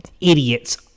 idiots